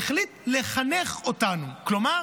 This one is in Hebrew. לחנך אותנו, כלומר